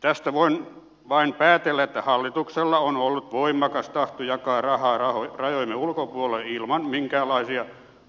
tästä voin vain päätellä että hallituksella on ollut voimakas tahto jakaa rahaa rajojemme ulkopuolelle ilman minkäänlaista